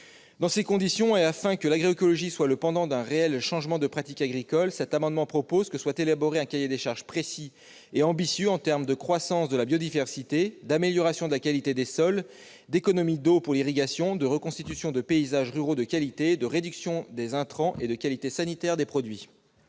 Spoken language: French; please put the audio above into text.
Dans ces conditions, afin que l'agroécologie recouvre un réel changement des pratiques agricoles, cet amendement vise à ce que soit élaboré un cahier des charges précis et ambitieux en termes de croissance de la biodiversité, d'amélioration de la qualité des sols, d'économie d'eau pour l'irrigation, de reconstitution de paysages ruraux de qualité, de réduction des intrants et de qualité sanitaire des produits.